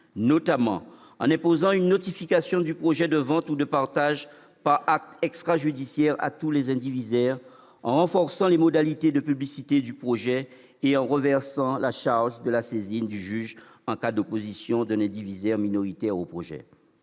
notamment en imposant une notification du projet de vente ou de partage par acte extrajudiciaire à tous les indivisaires, en renforçant les modalités de publicité du projet et en renversant la charge de la saisine du juge en cas d'opposition d'un indivisaire minoritaire au projet.